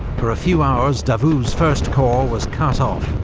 for a few hours davout's first corps was cut off,